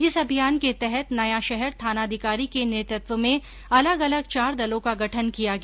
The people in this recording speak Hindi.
इस अभियान के तहत नया शहर थानाधिकारी के नेतृत्व में अलग अलग चार दलों का गठन किया गया